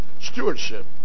stewardship